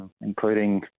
Including